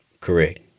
Correct